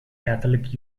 catholic